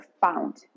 found